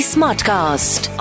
Smartcast